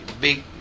big